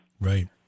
Right